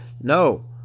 no